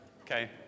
Okay